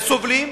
סובלים,